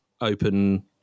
open